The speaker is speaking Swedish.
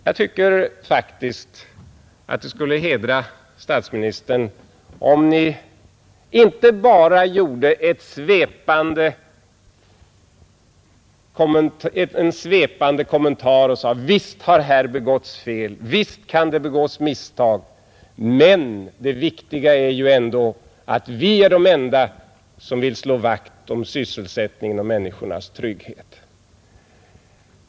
Jag tycker faktiskt att det skulle hedra herr statsministern, om Ni inte bara gjorde en svepande kommentar och sade: Visst har här begåtts fel, visst kan det göras misstag, men det viktiga är ju ändå att vi är de enda som vill slå vakt om sysselsättningen och om människornas trygghet.